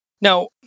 Now